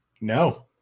No